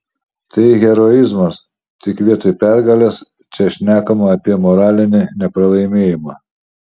tai heroizmas tik vietoj pergalės čia šnekama apie moralinį nepralaimėjimą